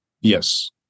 Yes